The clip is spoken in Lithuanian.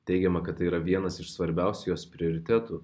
teigiama kad tai yra vienas iš svarbiausių jos prioritetų